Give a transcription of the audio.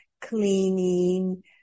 cleaning